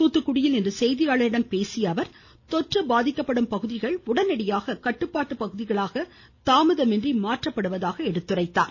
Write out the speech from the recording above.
தூத்துக்குடியில் இன்று செய்தியாளர்களிடம் பேசிய அவர் தொற்று பாதிக்கப்படும் பகுதிகள் உடனடியாக கட்டுப்பாட்டு பகுதிகளாக தாமதமின்றி மாற்றப்படுவதாக எடுத்துரைத்தார்